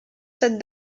cette